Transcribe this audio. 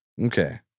Okay